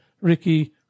Ricky